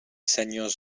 senyors